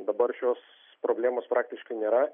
dabar šios problemos praktiškai nėra